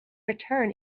return